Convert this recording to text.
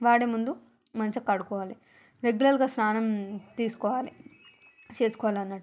వాడేముందు మంచిగ కడుక్కోవాలి రెగ్యులర్గా స్నానం తీసుకోవాలి చేసుకోవాలి అన్నట్లు